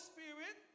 Spirit